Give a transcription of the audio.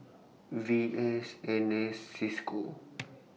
V S N S CISCO